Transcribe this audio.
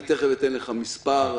תיכף אציג לך מספר,